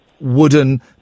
wooden